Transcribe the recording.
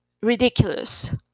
ridiculous